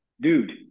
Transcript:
dude